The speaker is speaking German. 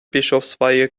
bischofsweihe